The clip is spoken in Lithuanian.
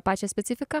pačią specifiką